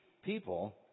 people